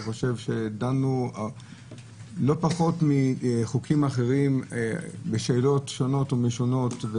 אני חושב שדנו לא פחות מחוקים אחרים בשאלות שונות ומשונות,